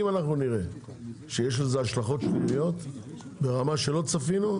נראה שיש לזה השלכות שליליות ברמה שלא צפינו,